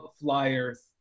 flyers